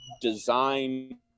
design